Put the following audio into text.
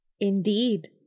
Indeed